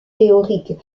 théorique